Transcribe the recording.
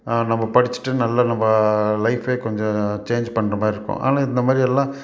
நம்ம படிச்சுட்டு நல்லா நம்ம லைஃபே கொஞ்சம் சேஞ்ச் பண்ணுற மாதிரி இருக்கும் ஆனால் இந்தமாதிரியெல்லாம்